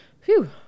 Phew